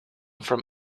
from